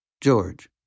George